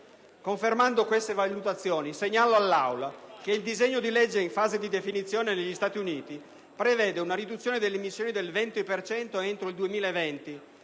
Confermando queste valutazioni, segnalo all'Aula che il disegno di legge in fase di definizione negli Stati Uniti prevede una riduzione delle emissioni del 20 per cento entro il 2020,